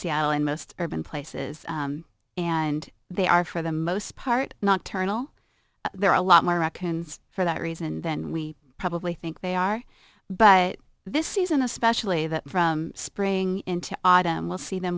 seattle and most urban places and they are for the most part nocturnal there are a lot more americans for that reason than we probably think they are but this season especially that from spring into autumn we'll see them